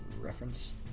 Reference